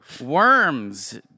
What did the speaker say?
Worms